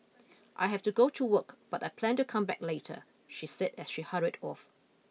I have to go to work but I plan to come back later she said as she hurried off